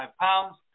pounds